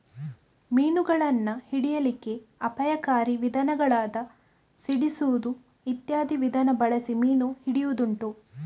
ಮೀನುಗಳನ್ನ ಹಿಡೀಲಿಕ್ಕೆ ಅಪಾಯಕಾರಿ ವಿಧಾನಗಳಾದ ಸಿಡಿಸುದು ಇತ್ಯಾದಿ ವಿಧಾನ ಬಳಸಿ ಮೀನು ಹಿಡಿಯುದುಂಟು